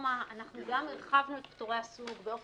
הרפורמה אנחנו גם הרחבנו את פטורי הסוג באופן